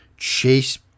Chase